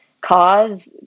cause